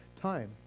time